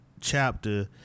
chapter